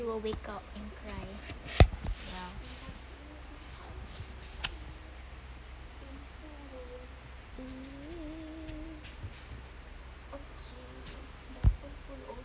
she will wake up and cry